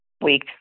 week